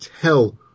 tell